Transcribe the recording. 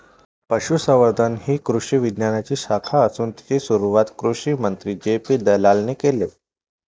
पशुसंवर्धन ही कृषी विज्ञानाची शाखा असून तिची सुरुवात कृषिमंत्री जे.पी दलालाने केले